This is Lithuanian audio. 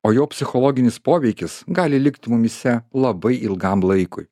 o jo psichologinis poveikis gali likti mumyse labai ilgam laikui